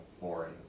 boring